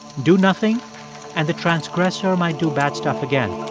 do nothing and the transgressor might do bad stuff again